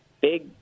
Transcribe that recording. big